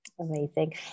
amazing